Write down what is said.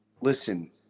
listen